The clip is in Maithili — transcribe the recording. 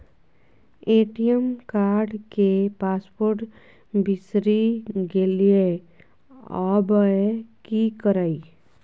ए.टी.एम कार्ड के पासवर्ड बिसरि गेलियै आबय की करियै?